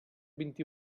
vint